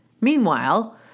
Meanwhile